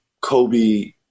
Kobe